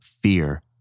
fear